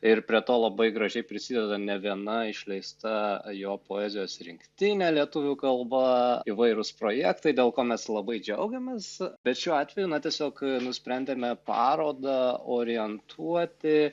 ir prie to labai gražiai prisideda ne viena išleista jo poezijos rinktinė lietuvių kalba įvairūs projektai dėl ko mes labai džiaugiamės bet šiuo atveju na tiesiog nusprendėme parodą orientuoti